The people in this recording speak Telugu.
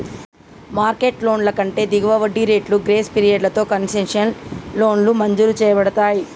మార్కెట్ లోన్ల కంటే దిగువ వడ్డీ రేట్లు, గ్రేస్ పీరియడ్లతో కన్సెషనల్ లోన్లు మంజూరు చేయబడతయ్